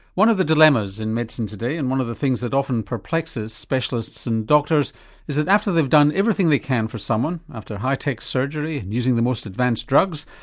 one of the dilemmas in medicine today and one of the things that often perplexes specialists and doctors is that after they've done everything they can for someone, after high tech surgery and using the most advanced drugs,